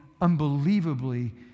unbelievably